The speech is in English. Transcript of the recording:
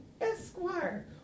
Esquire